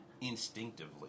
instinctively